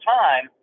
time